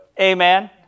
Amen